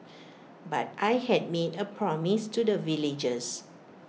but I had made A promise to the villagers